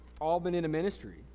all-been-in-a-ministry